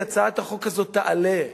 כי הצעת החוק הזאת תעלה.